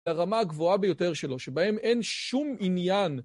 לרמה הגבוהה ביותר שלו שבהם אין שום עניין.